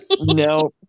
No